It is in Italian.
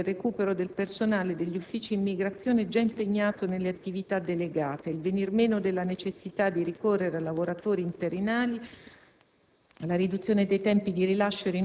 Intenzione dell'accordo era di consentire il recupero del personale degli uffici immigrazione già impegnato nelle attività delegate, il venir meno della necessità di ricorrere a lavoratori interinali,